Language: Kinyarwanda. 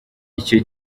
icyo